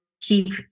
keep